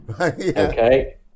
Okay